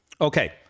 okay